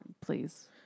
Please